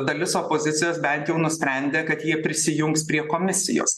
dalis opozicijos bent jau nusprendė kad jie prisijungs prie komisijos